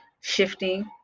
shifting